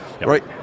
right